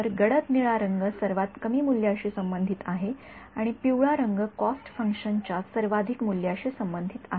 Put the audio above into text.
तर गडद निळा रंग सर्वात कमी मूल्याशी संबंधित आहे आणि पिवळा रंग कॉस्ट फंक्शनच्या सर्वाधिक मूल्याशी संबंधित आहे